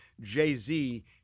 Jay-Z